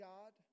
God